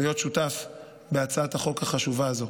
להיות שותף בהצעת החוק החשובה הזו,